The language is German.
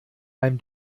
beim